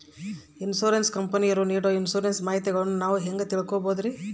Insurance ಕಂಪನಿಯವರು ನೇಡೊ insurance ಮಾಹಿತಿಗಳನ್ನು ನಾವು ಹೆಂಗ ತಿಳಿಬಹುದ್ರಿ?